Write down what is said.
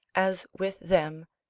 as with them,